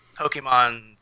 Pokemon